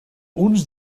uns